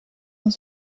dans